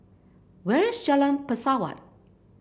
where is Jalan Pesawat